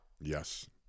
Yes